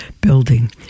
building